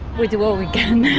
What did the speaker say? we do what we can.